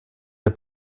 der